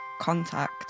contact